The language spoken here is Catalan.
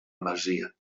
masia